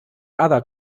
other